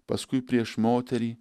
paskui prieš moterį